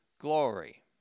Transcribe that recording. glory